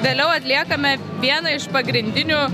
vėliau atliekame vieną iš pagrindinių